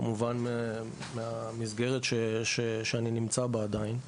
כמובן דרך המסגרת שאני נמצא בה עדיין,